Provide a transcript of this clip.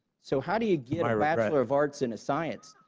so how do you get a bachelor of arts in a science?